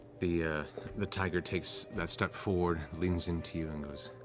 the the tiger takes that step forward, leans in to you, and goes,